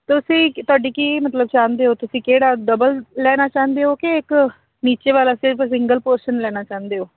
ਤੁਸੀਂ ਕ ਤੁਹਾਡੀ ਕੀ ਮਤਲਬ ਚਾਹੁੰਦੇ ਹੋ ਤੁਸੀਂ ਕਿਹੜਾ ਡਬਲ ਲੈਣਾ ਚਾਹੁੰਦੇ ਹੋ ਕਿ ਇੱਕ ਨੀਚੇ ਵਾਲਾ ਸਿਰਫ਼ ਸਿੰਗਲ ਪੋਰਸ਼ਨ ਲੈਣਾ ਚਾਹੁੰਦੇ ਹੋ